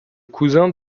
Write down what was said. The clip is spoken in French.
cousin